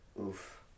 Oof